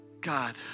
God